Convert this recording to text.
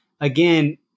again